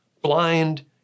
blind